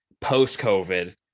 post-COVID